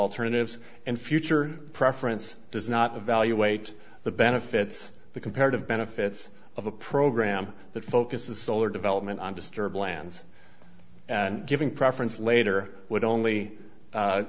alternatives and future preference does not evaluate the benefits the comparative benefits of a program that focuses solar development on disturb lands and giving preference later would only